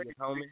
homie